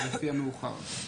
לפי המאוחר.